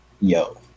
yo